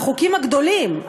החוקים הגדולים,